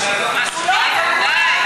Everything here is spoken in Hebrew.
זה לא כינוי או ביטוי פוגעני,